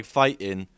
fighting